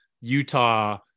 Utah